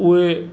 उहे